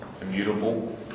immutable